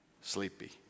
sleepy